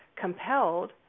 compelled